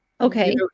Okay